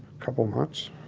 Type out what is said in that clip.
couple months